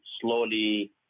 slowly